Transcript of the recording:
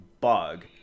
bug